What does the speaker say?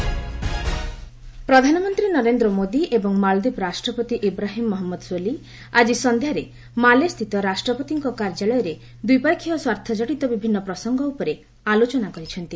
PM ମାଲଦୀପ tour ପ୍ରଧାନମନ୍ତ୍ରୀ ନରେନ୍ଦ୍ର ମୋଦି ଏବଂ ମାଳଦୀପ ରାଷ୍ଟ୍ରପତି ଇବ୍ରାହିମ୍ ମହମ୍ମଦ ସୋଲି ଆଜି ସନ୍ଧ୍ୟାରେ ମାଲେ ସ୍ଥିତ ରାଷ୍ଟ୍ରପତିଙ୍କ କାର୍ଯ୍ୟାଳୟରେ ଦ୍ୱିପକ୍ଷିୟ ସ୍ୱାର୍ଥ କଡ଼ିତ ବିଭିନ୍ନ ପ୍ରସଙ୍ଗ ଉପରେ ଆଲୋଚନା କରିଛନ୍ତି